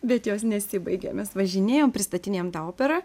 bet jos nesibaigė mes važinėjom pristatinėjom tą operą